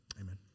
Amen